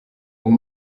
uwo